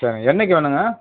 சரிங்க என்றைக்கி வேணுங்க